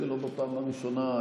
ולא בפעם הראשונה,